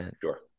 Sure